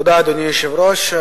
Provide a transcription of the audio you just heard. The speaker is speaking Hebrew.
אדוני היושב-ראש,